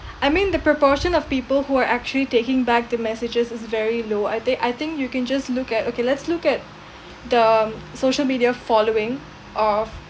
I mean the proportion of people who are actually taking back the messages is very low I they I think you can just look at okay let's look at the social media following of